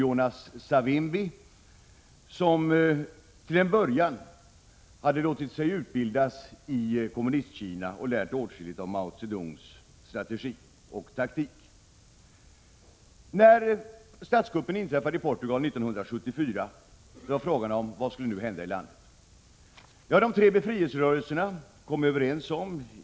Jonas Savimbi, som till en början hade låtit sig utbildas i Kommunistkina och lärt åtskilligt av Mao Zedongs strategi och taktik. När statskuppen inträffade i Portugal 1974 var frågan: Vad skulle nu hända i landet?